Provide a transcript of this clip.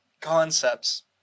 concepts